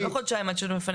זה לא חודשיים עד שהוא מפנה.